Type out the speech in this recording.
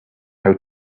how